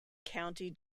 county